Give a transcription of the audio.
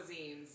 cuisines